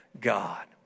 God